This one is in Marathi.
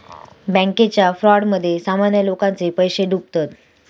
बॅन्केच्या फ्रॉडमध्ये सामान्य लोकांचे पैशे डुबतत